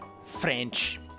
French